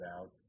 out